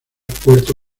puerto